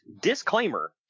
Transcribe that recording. disclaimer